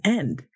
end